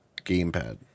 gamepad